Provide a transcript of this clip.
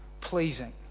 pleasing